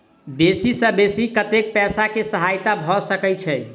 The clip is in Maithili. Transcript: बेसी सऽ बेसी कतै पैसा केँ सहायता भऽ सकय छै?